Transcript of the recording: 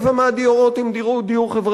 רבע מהדירות הן דיור חברתי,